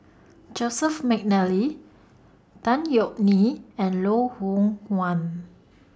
Joseph Mcnally Tan Yeok Nee and Loh Hoong Kwan